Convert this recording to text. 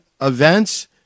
events